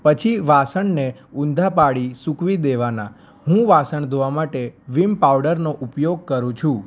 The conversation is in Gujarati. પછી વાસણને ઉંધા પાળી સૂકવી દેવાના હું વાસણ ધોવા માટે વિમ પાવડરનો ઉપયોગ કરું છું